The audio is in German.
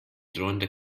drohende